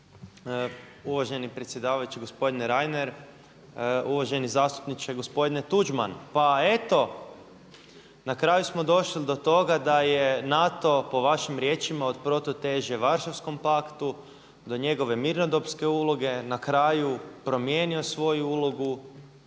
Uvaženi predsjedavajući, gospodine Reiner. Uvaženi zastupniče gospodine Tuđman, pa eto na kraju smo došli do toga da je NATO po vašim riječima od prototeže Varšavskom paktu, do njegove mirnodopske uloge na kraju promijenio svoju ulogu